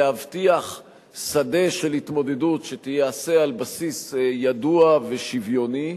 להבטיח שדה של התמודדות שתיעשה על בסיס ידוע ושוויוני,